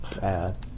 bad